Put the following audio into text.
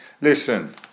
Listen